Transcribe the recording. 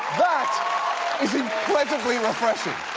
that is incredibly refreshing.